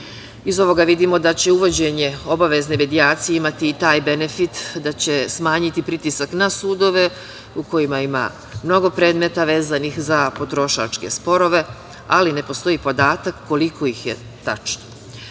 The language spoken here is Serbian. ovoga vidimo da će uvođenje obavezne medijacije imati i taj benefit da će smanjiti pritisak na sudove u kojima ima mnogo predmeta vezanih za potrošačke sporove, ali ne postoji podatak koliko ih je tačno. Sudovi